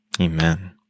Amen